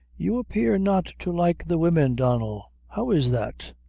you appear not to like the women, donnel how is that?